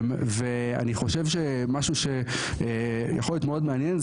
ואני חושב שמשהו יכול להיות מאוד מעניין,